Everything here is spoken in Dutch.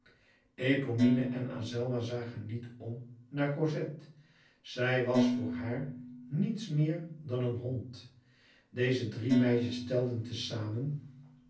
eponine en azelma zagen niet om naar cosette zij was voor haar niets meer dan een hond deze drie meisjes telden te zamen